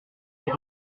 pour